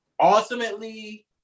ultimately